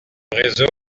réseau